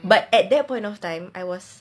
but at that point of time I was